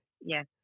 yes